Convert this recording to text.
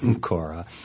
Cora